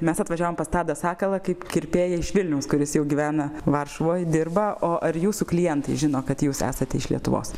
mes atvažiavom pas tadą sakalą kaip kirpėją iš vilniaus kuris jau gyvena varšuvoj dirba o ar jūsų klientai žino kad jūs esate iš lietuvos